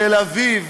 תל-אביב